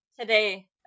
today